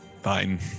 Fine